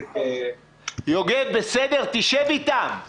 יוגב, בסדר, תשב איתם.